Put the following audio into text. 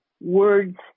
words